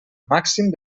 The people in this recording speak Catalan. màxim